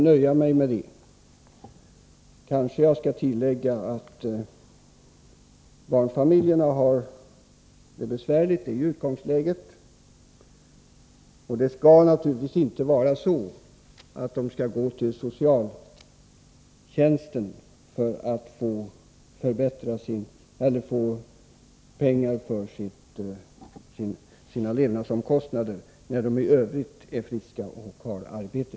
I dag tycker jag att jag skall nöja mig med detta. Barnfamiljerna har det besvärligt — det är ju utgångsläget — och kanske jag skall tillägga att det naturligtvis inte skall vara så att de skall gå till socialtjänsten för att få pengar till sina levnadsomkostnader när de är friska och de vuxna i familjen har arbete.